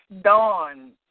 Dawn